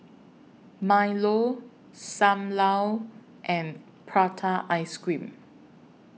Milo SAM Lau and Prata Ice Cream